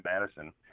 Madison